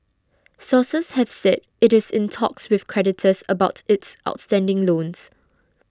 sources have said it is in talks with creditors about its outstanding loans